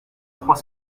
trois